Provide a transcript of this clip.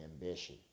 ambition